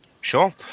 Sure